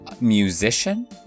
musician